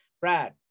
Brad